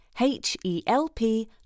H-E-L-P